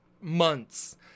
months